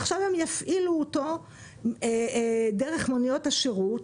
עכשיו הן יפעילו אותו דרך מוניות השירות